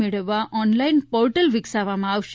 મેળવવા online portal વિકસાવવામાં આવશે